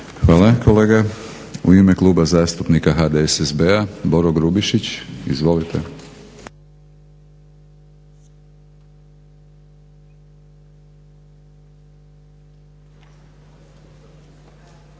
Hvala kolega. U ime Kluba zastupnika HDSSB-a Boro Grubišić. Izvolite.